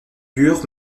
dur